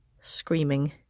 screaming